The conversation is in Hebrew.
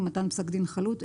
עם מתן פסק דין חלוט,